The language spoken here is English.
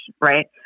Right